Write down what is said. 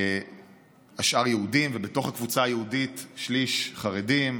השאר יהודים, ובתוך הקבוצה היהודית שליש חרדים,